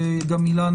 אילנה,